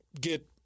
get